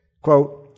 quote